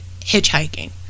hitchhiking